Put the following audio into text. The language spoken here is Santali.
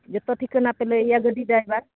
ᱡᱚᱛᱚ ᱴᱷᱤᱠᱟᱹᱱᱟ ᱯᱮ ᱞᱟᱹᱭᱟ ᱟᱭᱟ ᱜᱟᱹᱰᱤ ᱰᱷᱟᱭᱵᱷᱟᱨ